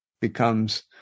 becomes